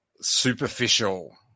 superficial